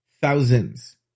thousands